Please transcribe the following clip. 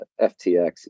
FTX